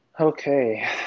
okay